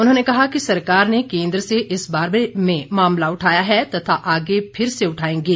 उन्होंने कहा कि सरकार ने केंद्र से इस बारे में मामला उठाया है तथा आगे फिर से उठाएंगे